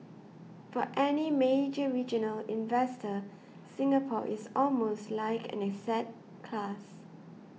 for any major regional investor Singapore is almost like an asset class